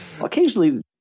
occasionally